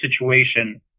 situation